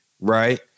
right –